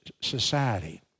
society